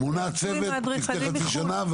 מונה צוות לפני חצי שנה?